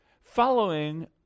following